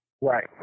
Right